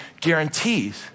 guarantees